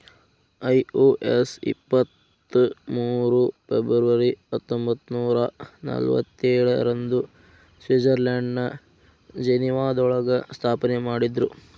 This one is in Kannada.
ಐ.ಒ.ಎಸ್ ಇಪ್ಪತ್ ಮೂರು ಫೆಬ್ರವರಿ ಹತ್ತೊಂಬತ್ನೂರಾ ನಲ್ವತ್ತೇಳ ರಂದು ಸ್ವಿಟ್ಜರ್ಲೆಂಡ್ನ ಜಿನೇವಾದೊಳಗ ಸ್ಥಾಪನೆಮಾಡಿದ್ರು